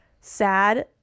sad